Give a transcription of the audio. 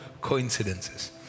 coincidences